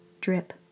Drip